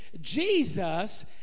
Jesus